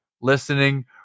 listening